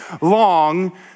long